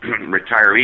retiree